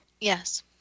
Yes